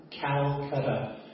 Calcutta